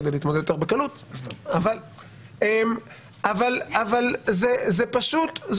כדי להתמודד יותר בקלות אבל זאת תופעה.